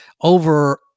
over